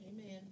Amen